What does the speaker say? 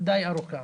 די ארוכה.